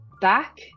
back